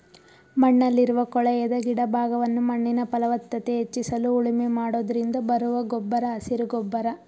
ಮಣ್ಣಲ್ಲಿರುವ ಕೊಳೆಯದ ಗಿಡ ಭಾಗವನ್ನು ಮಣ್ಣಿನ ಫಲವತ್ತತೆ ಹೆಚ್ಚಿಸಲು ಉಳುಮೆ ಮಾಡೋದ್ರಿಂದ ಬರುವ ಗೊಬ್ಬರ ಹಸಿರು ಗೊಬ್ಬರ